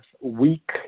weak